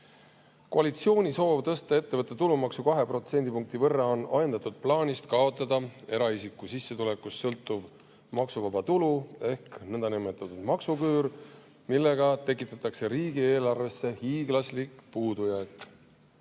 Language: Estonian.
Koalitsiooni soov tõsta ettevõtte tulumaksu 2% võrra on ajendatud plaanist kaotada eraisiku sissetulekust sõltuv maksuvaba tulu ehk nõndanimetatud maksuküür, millega tekitatakse riigieelarvesse hiiglaslik puudujääk.